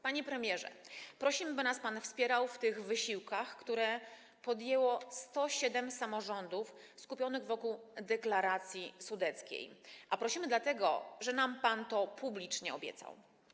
Panie premierze, prosimy, by nas pan wspierał w tych wysiłkach, które podjęło 107 samorządów skupionych wokół deklaracji sudeckiej, a prosimy dlatego, że nam pan to publicznie obiecał.